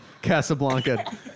Casablanca